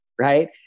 right